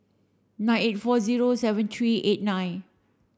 nine eight four zero seven three eight nine